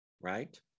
Right